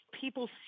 people